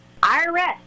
IRS